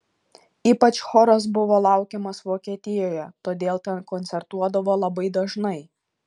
ypač choras buvo laukiamas vokietijoje todėl ten koncertuodavo labai dažnai